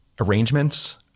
arrangements